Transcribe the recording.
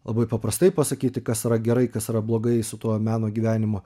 labai paprastai pasakyti kas yra gerai kas yra blogai su tuo meno gyvenimu